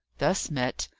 thus met,